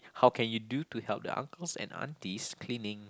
how can you do to help the uncles and aunties cleaning